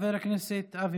חבר הכנסת אוסאמה סעדי.